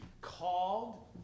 called